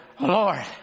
Lord